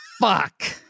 fuck